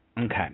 okay